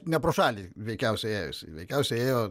ne pro šalį veikiausiai ėjo veikiausiai ėjo